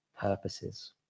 purposes